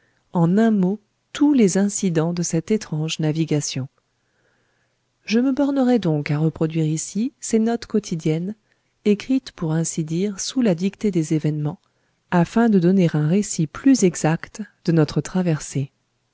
en un mot tous les incidents de cette étrange navigation je me bornerai donc à reproduire ici ces notes quotidiennes écrites pour ainsi dire sous la dictée des événements afin de donner un récit plus exact de notre traversée